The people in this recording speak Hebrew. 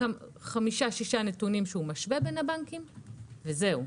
חמישה, שישה נתונים שמשווה בין הבנקים וזהו.